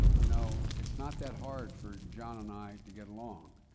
you know, it's not that hard for john and i to get along.